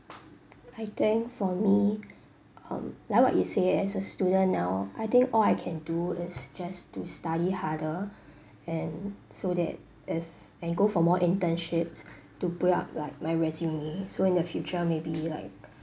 I think for me um like what you said as a student now I think all I can do is just to study harder and so that as and go for more internships to build up like my resume so in the future maybe like